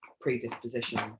predisposition